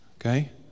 okay